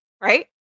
right